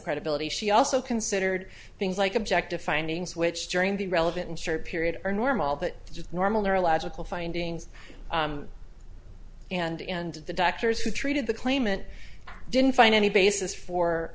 credibility she also considered things like objective findings which during the relevant insurer period are normal but just normal neurological findings and and the doctors who treated the claimant didn't find any basis for